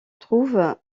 trouve